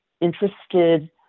interested